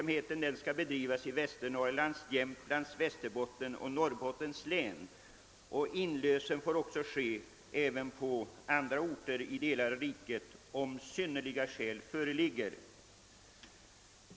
Den skall bedrivas i Västernorrlands, Jämtlands, Västerbottens och Norrbottens län, och inlösen får ske även på andra orter i delar av riket om synnerliga skäl föreligger.